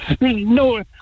no